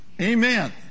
Amen